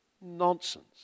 nonsense